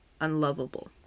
unlovable